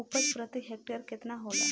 उपज प्रति हेक्टेयर केतना होला?